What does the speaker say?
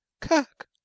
Kirk